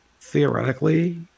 theoretically